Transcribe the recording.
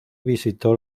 visitó